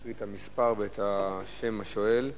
אקרא את המספר ואת שם השואל.